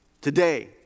Today